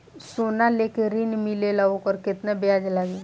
सोना लेके ऋण मिलेला वोकर केतना ब्याज लागी?